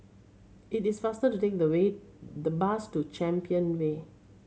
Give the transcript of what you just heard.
it is faster to take the way the bus to Champion Way